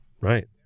Right